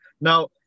now